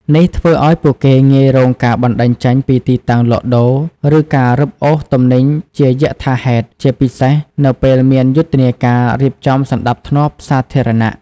នេះធ្វើឱ្យពួកគេងាយរងការបណ្តេញចេញពីទីតាំងលក់ដូរ ឬការរឹបអូសទំនិញជាយថាហេតុ ជាពិសេសនៅពេលមានយុទ្ធនាការរៀបចំសណ្តាប់ធ្នាប់សាធារណៈ ។